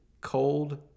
cold